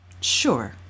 Sure